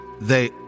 They